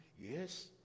Yes